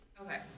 Okay